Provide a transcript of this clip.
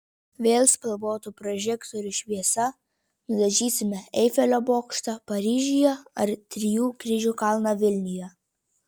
vėl spalvotų prožektorių šviesa nudažysime eifelio bokštą paryžiuje ar trijų kryžių kalną vilniuje